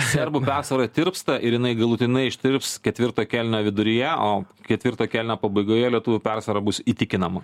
serbų persvara tirpsta ir jinai galutinai ištirps ketvirto kėlinio viduryje o ketvirto kėlinio pabaigoje lietuvių persvara bus įtikinama